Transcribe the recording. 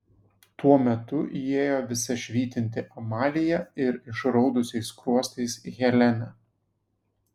tuo metu įėjo visa švytinti amalija ir išraudusiais skruostais helena